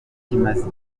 imaze